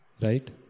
Right